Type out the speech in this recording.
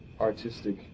artistic